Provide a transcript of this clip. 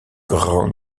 grand